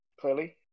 clearly